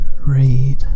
read